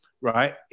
Right